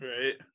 Right